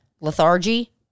Lethargy